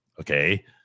Okay